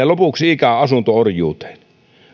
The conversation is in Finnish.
lopuksi ikää asunto orjuuteen